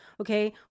okay